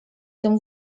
tym